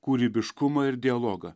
kūrybiškumą ir dialogą